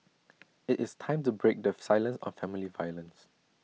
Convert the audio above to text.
IT is time to break the silence on family violence